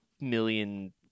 million